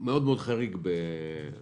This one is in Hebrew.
מאוד-מאוד חריג בגודלו,